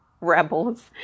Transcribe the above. rebels